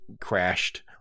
crashed